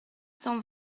cent